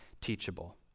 teachable